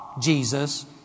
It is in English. Jesus